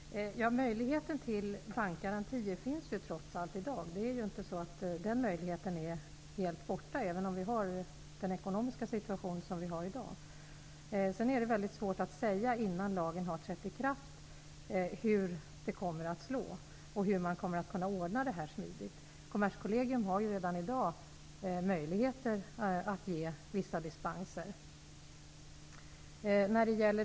Fru talman! Möjligheten till bankgarantier finns ju trots allt i dag. Den möjligheten är inte helt borta, även om vi i dag har en besvärlig ekonomisk situation. Det är väldigt svårt att innan lagen har trätt i kraft säga hur detta kommer att slå och hur man på ett smidigt sätt kommer att kunna ordna detta. Kommerskollegium har ju redan i dag möjligheter att ge vissa dispenser.